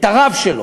את הרב שלו.